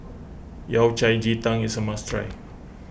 Yao Cai Ji Tang is a must try